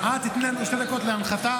תני לנו שתי דקות להנחתה.